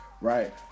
right